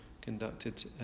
conducted